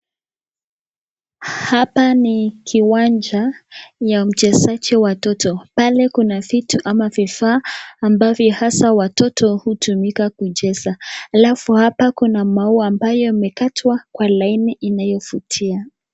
Hapa ni kiwanja ya mchezaji watoto. Pale kuna vitu ama vifaa ambavyo hasa watoto hutumika kucheza. Alafu hapa kuna maua ambayo yamekatwa kwa laini inayofutia.